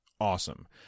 Awesome